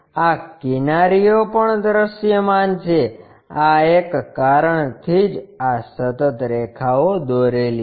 આ કિનારીઓ પણ દૃશ્યમાન છે કે આ એક કારણ થી જ આ સતત રેખાઓ દોરેલી છે